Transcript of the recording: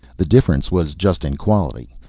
the difference was just in quality.